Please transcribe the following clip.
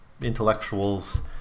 intellectuals